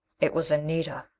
it was anita!